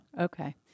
Okay